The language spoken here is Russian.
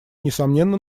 несомненно